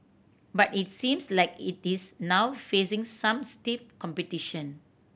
but it seems like it is now facing some stiff competition